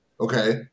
okay